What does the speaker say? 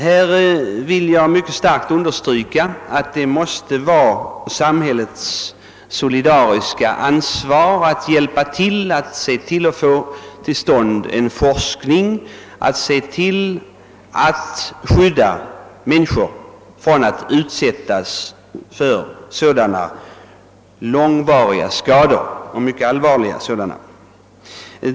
Jag vill mycket starkt understryka, att det måste vara samhällets skyldighet att se till att det kommer till stånd en forskning och att människor skyddas för att bli utsatta för långvariga och allvarliga skador.